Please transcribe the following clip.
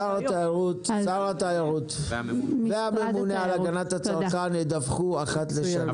שר התיירות והממונה על הגנת הצרכן ידווחו אחת לשנה.